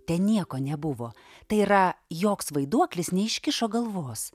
ten nieko nebuvo tai yra joks vaiduoklis neiškišo galvos